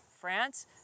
France